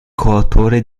coautore